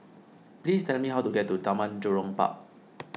please tell me how to get to Taman Jurong Park